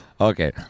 Okay